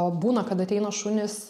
būna kad ateina šunys